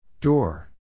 Door